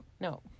no